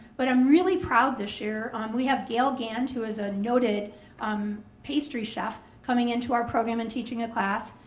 but i'm really proud this year. we have gale gant who is a noted um pastry chef coming into our program and teaching our class.